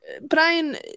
Brian